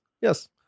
yes